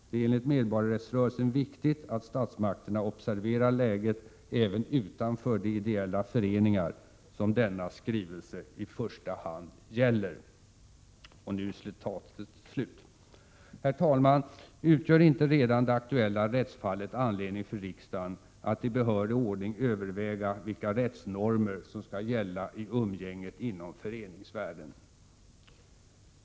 Det är enligt Medborgarrättsrörelsen viktigt att statsmakterna observerar läget "även utanför de ideella föreningar, som denna skrivelse i första hand gäller.” Herr tålman! Utgör inte redan: det aktuella rättsfallet anledning för riksdagen att i behörig ordning överväga vilka rättsnormer som skall gälla i umgänget inom föreningsvärlden?